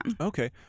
Okay